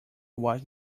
what